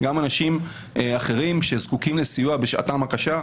גם אנשים אחרים שזקוקים לסיוע בשעתם הקשה.